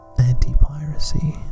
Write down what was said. anti-piracy